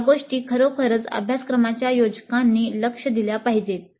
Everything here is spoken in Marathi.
या गोष्टी खरोखरच अभ्यासक्रमाच्या योजकांनी लक्ष दिल्या पाहिजेत